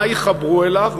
מה יחברו אליו,